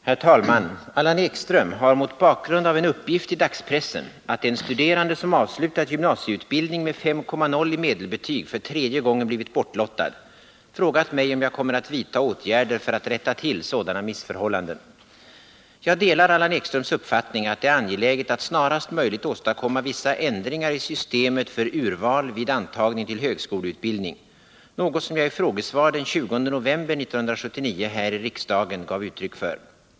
Herr talman! Allan Ekström har mot bakgrund av en uppgift i dagspressen — att en studerande som avslutat gymnasieutbildning med 5,0 i medelbetyg för tredje gången blivit bortlottad — frågat mig om jag kommer att vidta åtgärder för att rätta till sådana missförhållanden. Jag delar Allan Ekströms uppfattning att det är angeläget att snarast möjligt åstadkomma vissa ändringar i systemet för urval vid antagning till högskoleutbildning — något som jag i frågesvar den 20 november 1979 här i riksdagen gav uttryck för.